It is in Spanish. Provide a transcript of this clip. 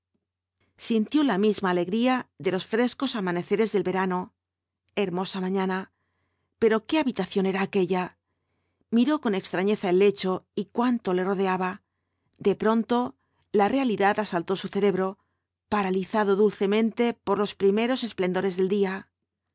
sintió la misma alegría de los cuatro jinbtffls dbl apocalipsis los frescos amaneceres del verano hermosa mañana pero qué habitación era aquella miró con extrañeza el lecho y cuanto le rodeaba de pronto la realidad asaltó su cerebro paralizado dulcemente por los primeros esplendores del día